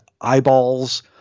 eyeballs